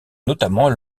notamment